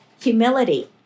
humility